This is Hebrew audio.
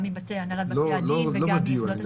גם מהנהלת בתי הדין וגם מיחידות הסיוע.